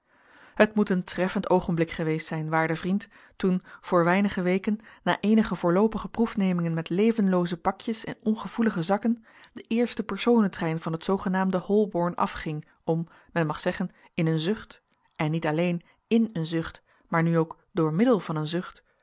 het moet een treffend oogenblik geweest zijn waarde vriend toen voor weinige weken na eenige voorloopige proefnemingen met levenlooze pakjes en ongevoelige zakken de eerste personentrein van het zoogenaamde holborn afging om men mag zeggen in een zucht en niet alleen in een zucht maar nu ook door middel van een zucht